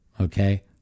Okay